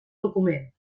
document